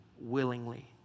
willingly